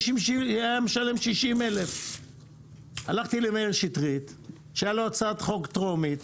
היה משלם 60,000. הלכתי למאיר שטרית שהייתה לו הצעת חוק טרומית,